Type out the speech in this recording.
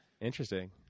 interesting